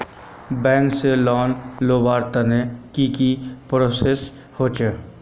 Bank से loan लुबार तने की की प्रोसेस होचे?